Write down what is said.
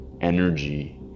energy